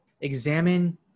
examine